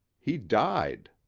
he died.